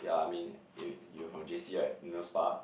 yeah I mean you you were from J_C right you know spa